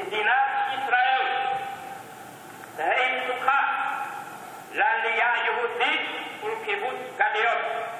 "מדינת ישראל תהא פתוחה לעלייה יהודית ולקיבוץ גלויות,